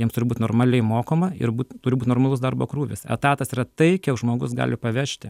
jiems turi būt normaliai mokoma ir būt turi būt normalus darbo krūvis etatas yra tai kiek žmogus gali pavežti